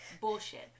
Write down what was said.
Bullshit